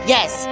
Yes